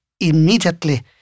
immediately